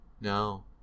no